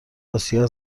آسیا